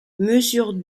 mesure